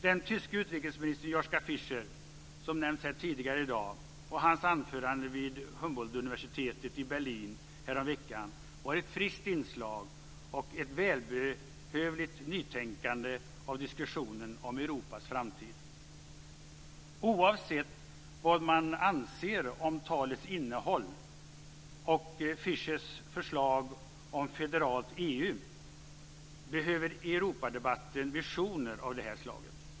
Den tyske utrikesministern Joschka Fischers anförande vid Humboldtuniversitetet i Berlin häromveckan, som nämnts här tidigare i dag, var ett friskt inslag och innebar ett välbehövligt nytänkande i diskussionen om Europas framtid. Oavsett vad man anser om talets innehåll och Fischers förslag om ett federalt EU behöver Europadebatten visioner av det här slaget.